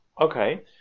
Okay